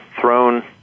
thrown